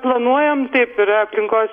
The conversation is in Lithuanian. planuojam taip yra aplinkos